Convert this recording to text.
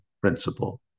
principle